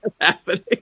happening